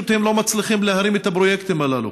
הם פשוט לא מצליחים להרים את הפרויקטים הללו.